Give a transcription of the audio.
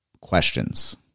questions